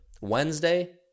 Wednesday